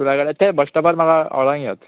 ते कडेन ते बस स्टॉपार म्हाका वोरोंक यो